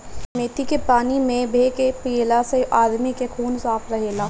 मेथी के पानी में भे के पियला से आदमी के खून साफ़ रहेला